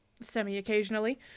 semi-occasionally